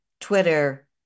Twitter